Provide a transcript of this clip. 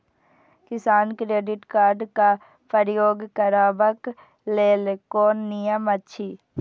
किसान credit card क प्रयोग करबाक लेल कोन नियम अछि?